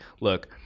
look